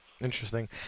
Interesting